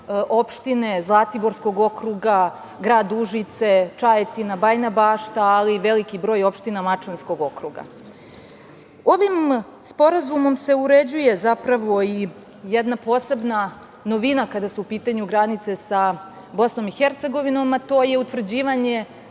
opštine Zlatiborskog okruga, Grad Užice, Čajetina, Bajina Bašta ali i veliki broj opština Mačvanskog okruga. Ovim sporazumom se uređuje zapravo i jedna posebna novina kada su u pitanju granice sa BiH a to je utvrđivanje